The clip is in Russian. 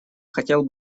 хотел